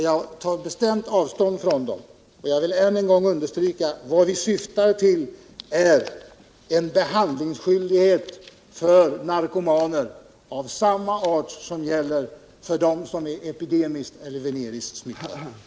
Jag tar bestämt avstånd från dem, och jag vill än en gång understryka: Vad vi syftar till är en behandlingsskyldighet för narkomaner av samma art som gäller för dem som är epidemiskt eller veneriskt smittade.